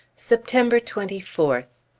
september twenty fourth.